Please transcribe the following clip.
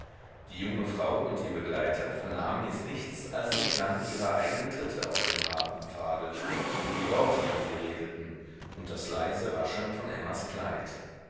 die junge frau und ihr begleiter vernahmen jetzt nichts als den klang ihrer eignen tritte auf dem harten pfade und die worte die sie redeten und das leise rascheln von emmas kleid